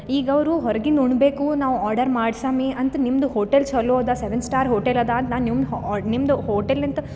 ಈಗ ಅವರು ಹೊರಗಿಂದು ಉಣ್ಬೇಕು ನಾವು ಆರ್ಡರ್ ಮಾಡ್ಸಮಿ ಅಂತ ನಿಮ್ದು ಹೋಟೆಲ್ ಛಲೊ ಅದ ಸೆವೆನ್ ಸ್ಟಾರ್ ಹೋಟೆಲ್ ಅದ ಅಂತ ನಾ ನಿಮ್ಮ ಹೊ ನಿಮ್ದು ಹೋಟೆಲ್ ನಿಂದ